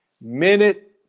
Minute